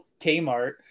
kmart